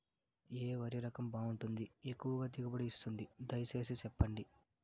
ఏ వరి రకం బాగుంటుంది, ఎక్కువగా దిగుబడి ఇస్తుంది దయసేసి చెప్పండి?